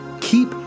keep